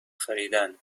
خریدن